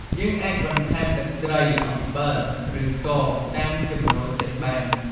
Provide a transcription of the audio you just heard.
យើងអាចបន្ថែមទឹកត្រី អំបិល ឬស្ករតាមចំណូលចិត្តបាន។